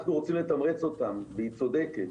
ואנחנו רוצים לתמרץ אותם, והיא צודקת,